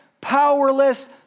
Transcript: powerless